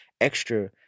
extra